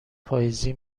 پاییزی